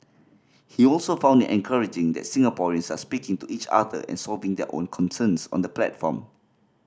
he also found it encouraging that Singaporeans are speaking to each other and solving their own concerns on the platform